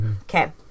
Okay